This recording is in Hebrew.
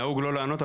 נהוג לא לענות,